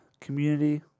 community